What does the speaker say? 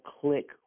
click